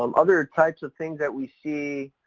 um other types of things that we see,